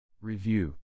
Review